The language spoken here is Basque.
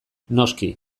noski